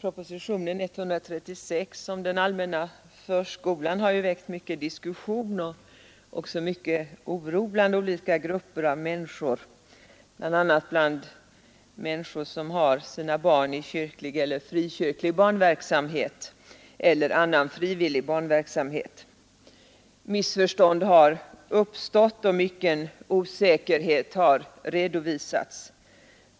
Propositionen 136 om den allmänna förskolan har väckt mycken diskussion och oro bland olika grupper av människor, bl.a. människor som har sina barn i kyrklig, frikyrklig eller annan frivillig barnverksamhet. Missförstånd har uppstått och mycken osäkerhet har redovisats.